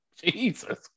Jesus